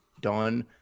done